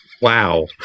Wow